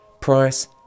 price